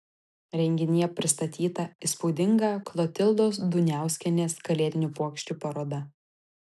renginyje pristatyta įspūdinga klotildos duniauskienės kalėdinių puokščių paroda